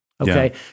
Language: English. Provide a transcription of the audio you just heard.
okay